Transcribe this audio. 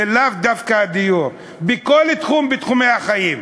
זה לאו דווקא הדיור, בכל תחום מתחומי החיים,